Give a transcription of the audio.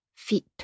Feet